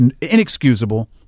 inexcusable